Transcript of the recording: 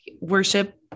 worship